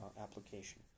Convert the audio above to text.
application